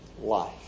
life